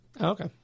Okay